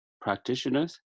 practitioners